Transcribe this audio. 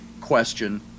question